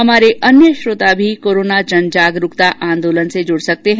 हमारे अन्य श्रोता भी कोरोना जनजागरूकता आंदोलन से जुड़ सकते हैं